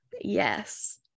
Yes